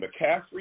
McCaffrey